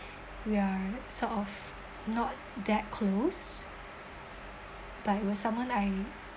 we are sort of not that close but was someone I